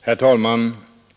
Herr talman!